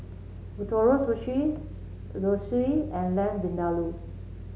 Ootoro Sushi Zosui and Lamb Vindaloo